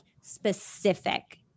specific